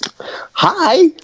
Hi